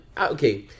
okay